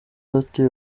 abatuye